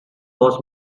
was